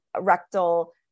rectal